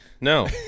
No